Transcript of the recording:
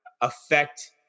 affect